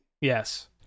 Yes